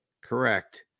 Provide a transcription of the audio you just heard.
Correct